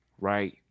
right